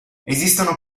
esistono